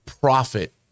profit